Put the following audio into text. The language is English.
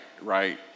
right